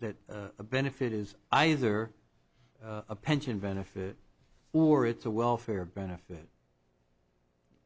that benefit is either a pension benefit or it's a welfare benefit